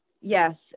Yes